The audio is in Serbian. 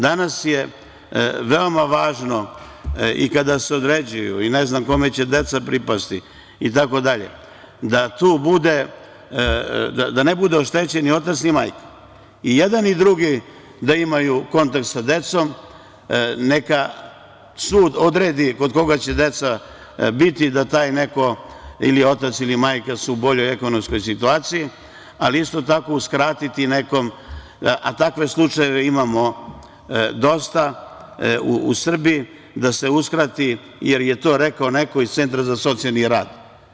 Danas je veoma važno i kada se određuju, ne znam kome će deca pripasti itd, da ne budu oštećeni ni otac ni majka, i jedan i drugi da imaju kontakt sa decom, neka sud odredi kod koga će deca biti, da taj neko ili otac ili majka su boljoj ekonomskoj situaciji, ali isto tako uskratiti nekom, a takvih slučajeva imamo dosta u Srbiji, da se uskrati, jer je to rekao neko iz centra za socijalni rad.